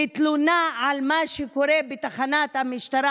בתלונה על מה שקורה בתחנת המשטרה,